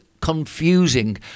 confusing